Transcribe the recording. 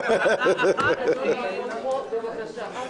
יפה, תלאתה.